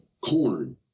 corn